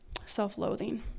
self-loathing